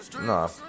No